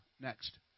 Next